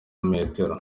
metero